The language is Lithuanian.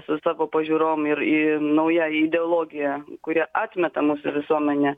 su savo pažiūrom ir į nauja ideologija kurią atmeta mūsų visuomenė